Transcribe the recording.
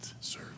sir